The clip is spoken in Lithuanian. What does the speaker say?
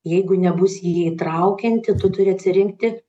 jeigu nebus jį įtraukianti tu turi atsirinkti